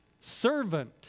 Servant